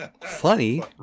Funny